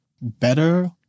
better